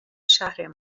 شهرمان